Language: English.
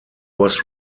was